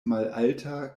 malalta